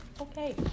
Okay